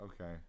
okay